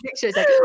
pictures